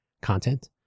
Content